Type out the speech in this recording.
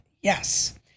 yes